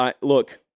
look